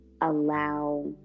allow